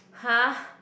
!huh!